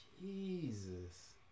Jesus